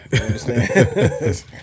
understand